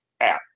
app